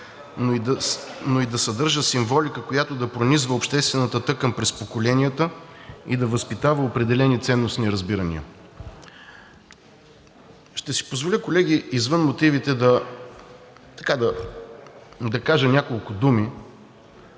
но и да съдържа символика, която да пронизва обществената тъкан през поколенията и да възпитава определени ценностни разбирания“. Ще си позволя, колеги, извън мотивите да кажа няколко думи,